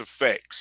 effects